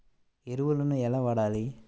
ఎరువులను ఎలా వాడాలి?